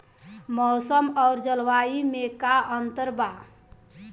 मौसम और जलवायु में का अंतर बा?